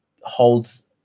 holds